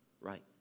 right